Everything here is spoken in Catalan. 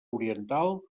oriental